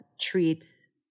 treats